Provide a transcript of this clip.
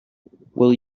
will